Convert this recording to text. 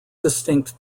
distinct